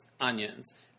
onions